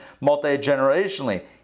multi-generationally